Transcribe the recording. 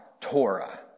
Torah